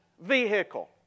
vehicle